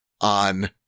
on